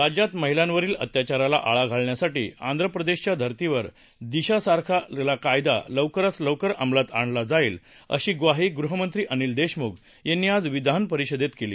राज्यात महिलांवरील अत्याचाराला आळा घालण्यासाठी आंध्र प्रदेशच्या धर्तीवर ंदिशासारखा कायदा लवकरात लवकर अंमलात आणला जाईल अशी ग्वाही गृहमंत्री अनिल देशमुख यांनी आज विधान परिषदेत दिली